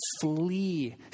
flee